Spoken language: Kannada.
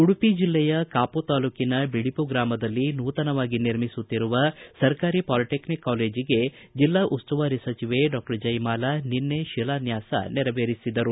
ಉಡುಪಿ ಜಿಲ್ಲೆಯ ಕಾಪು ತಾಲೂಕಿನ ಬಿಳಿಪು ಗ್ರಾಮದಲ್ಲಿ ನೂತನವಾಗಿ ನಿರ್ಮಿಸುತ್ತಿರುವ ಸಕಾರಿ ಪಾಲಿಟೆಕ್ನಿಕ್ ಕಾಲೇಜಗೆ ಜಿಲ್ಲಾ ಉಸ್ತುವಾರಿ ಸಚಿವೆ ಡಾಕ್ಟರ್ ಜಯಮಾಲಾ ನಿನ್ನೆ ಶಿಲಾನ್ಯಾಸ ನೆರವೇರಿಸಿದರು